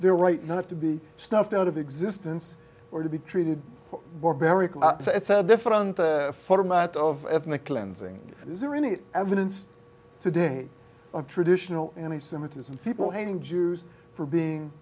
their right not to be snuffed out of existence or to be treated for very different format of ethnic cleansing is there any evidence today of traditional any semitism people hating jews for being